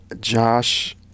Josh